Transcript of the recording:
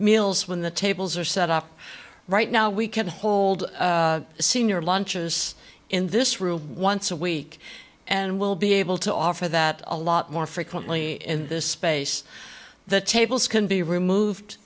meals when the tables are set up right now we can hold senior lunches in this room once a week and we'll be able to offer that a lot more frequently in this space the tables can be removed